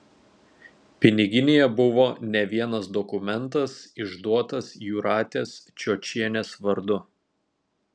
piniginėje buvo ne vienas dokumentas išduotas jūratės čiočienės vardu